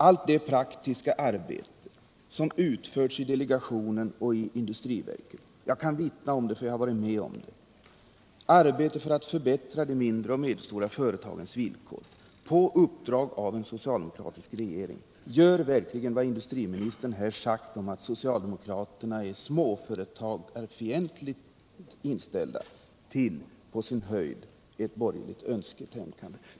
Allt det praktiska arbete som, på uppdrag av en socialdemokratisk regering, utförts i delegationen och i industriverket — jag kan vittna om detta då jag har varit med om det —- för att förbättra de mindre och medelstora företagens villkor gör verkligen vad industriministern här sagt, om att socialdemokraterna är småföretagarfientligt inställda, till på sin höjd ett borgerligt önsketänkande.